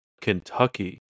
Kentucky